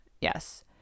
Yes